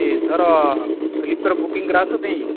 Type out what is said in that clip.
ਅਤੇ sir sleeper booking ਕਰਾ ਸਕਦੇ ਹੈ ਜੀ